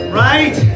right